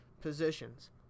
positions